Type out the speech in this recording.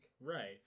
Right